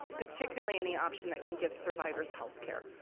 particularly any option that can give survivors healthcare.